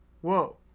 Whoa